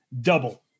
double